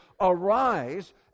Arise